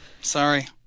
Sorry